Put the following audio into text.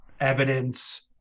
evidence